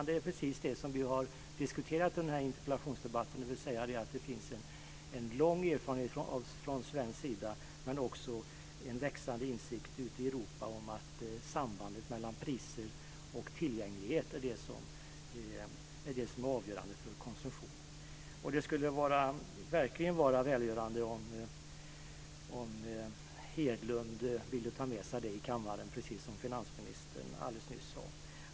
Det som vi har diskuterat i den här interpellationsdebatten är att man på svenskt håll har en lång erfarenhet av att sambandet mellan priser och tillgänglighet är det avgörande för konsumtionen. Det finns också en växande insikt ute i Europa om detta. Det skulle verkligen vara välgörande om Hedlund ville ta med sig detta till sin kammare, precis som finansministern alldeles nyss sade.